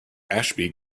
ashby